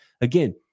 Again